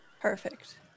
Perfect